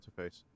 interface